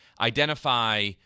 identify